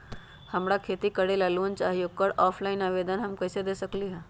हमरा खेती करेला लोन चाहि ओकर ऑफलाइन आवेदन हम कईसे दे सकलि ह?